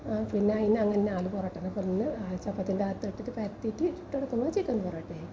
പിന്നെ അതിന് അങ്ങനെ ആലു പൊറോട്ടാന്ന് പറഞ്ഞ് ചപ്പാത്തിൻ്റെ അകത്തിട്ട് പരത്തിയിട്ട് ചുട്ടെടുക്കുമ്പോൾ ചിക്കൻ പൊറോട്ടയായി